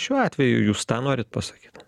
šiuo atveju jūs tą norit pasakyt